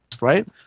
Right